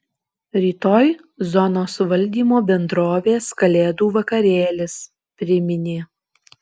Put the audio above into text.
rytoj zonos valdymo bendrovės kalėdų vakarėlis priminė